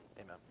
amen